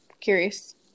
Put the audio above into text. Curious